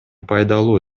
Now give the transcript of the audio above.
пайдалуу